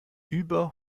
über